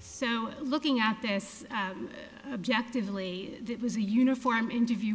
so looking at this objectively it was a uniform interview